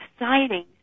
exciting